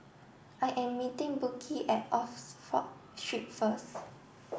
I am meeting Brooke at Oxford Street first